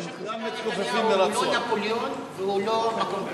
ראש הממשלה נתניהו הוא לא נפוליאון והוא לא מקום קדוש.